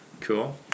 Cool